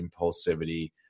impulsivity